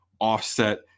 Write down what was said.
offset